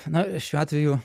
na šiuo atveju